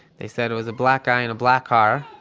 they said it was a black guy in a black car,